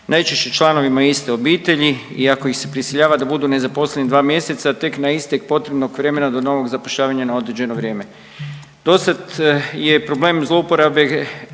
najčešće članovima iste obitelji i ako ih se prisiljava da budu nezaposleni dva mjeseca, tek na istek potrebnog vremena do novog zapošljavanja na određeno vrijeme. Do sad je problem zlouporabe